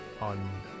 on